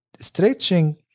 stretching